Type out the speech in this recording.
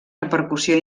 repercussió